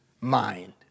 mind